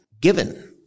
Given